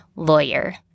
lawyer